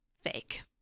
fake